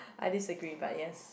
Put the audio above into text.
I disagree but yes